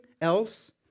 else